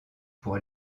pour